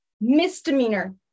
misdemeanor